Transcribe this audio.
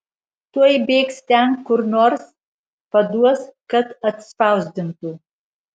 tuoj bėgs ten kur nors paduos kad atspausdintų